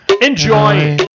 Enjoy